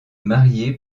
marié